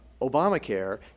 Obamacare